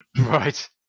Right